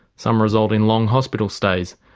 some result in long hospital stays,